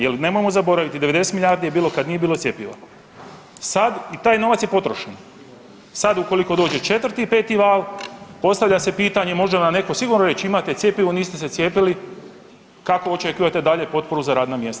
Jel nemojmo zaboraviti 90 milijardi je bilo kad nije bilo cjepiva, sad, i taj novac je potrošen, sad ukoliko dođe 4 i 5 val postavlja se pitanje može li nam netko sigurno reći imate cjepivo, niste se cijepili kako očekujete dalje potporu za radna mjesta.